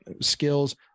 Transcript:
skills